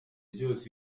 cyose